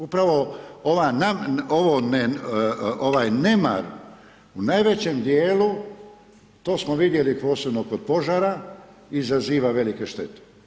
Upravo ovo nemar u najvećem dijelu, to smo vidjeli posebno kod požara, izaziva velike štete.